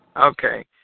Okay